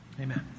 Amen